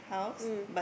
mm